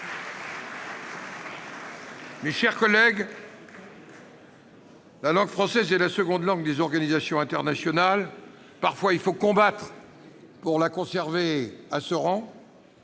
Mes chers collègues, la langue française est la seconde langue des organisations internationales- il faut parfois combattre pour qu'elle conserve ce rang